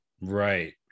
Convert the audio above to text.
Right